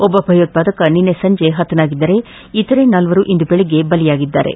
ಒಬ್ಬ ಭಯೋತ್ವಾದಕ ನಿನ್ನೆ ಸಂಜೆ ಹತನಾಗಿದ್ದರೆ ಇತರೆ ನಾಲ್ವರು ಇಂದು ಬೆಳಿಗ್ಗೆ ಬಲಿಯಾಗಿದ್ದಾರೆ